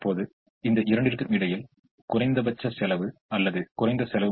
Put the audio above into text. இப்போது இது அபராத செலவு முறையால் வழங்கப்பட்ட ஒரு தீர்வாகும் அதாவது 500 மற்றும் 565 செலவில்